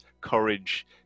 courage